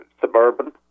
suburban